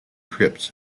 trips